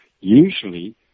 usually